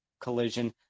Collision